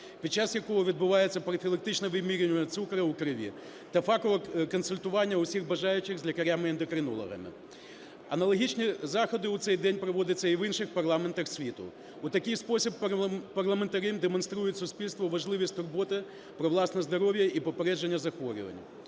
під час якого відбувається профілактичне вимірювання цукру у крові та фахове консультування усіх бажаючих з лікарями-ендокринологами. Аналогічні заходи у цей день проводяться і в інших парламентах світу. У такий спосіб парламентарі демонструють суспільству важливість турботи про власне здоров'я і попередження захворювання.